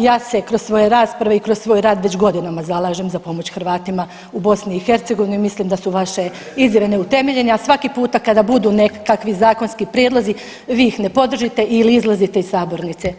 ja se kroz svoje rasprave i kroz svoj rad već godinama zalažem za pomoć Hrvatima u BiH, mislim da su vaše izjave neutemeljene, a svaki puta kada budu nekakvi zakonski prijedlozi, vi ih ne podržite ili izlazite iz sabornice.